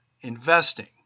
investing